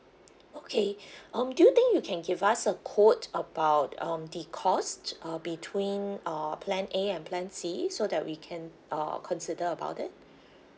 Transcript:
okay um do you think you can give us a quote about um the cost uh between uh plan A and plan C so that we can uh consider about it